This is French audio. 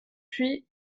puis